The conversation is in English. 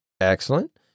Excellent